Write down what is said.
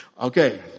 Okay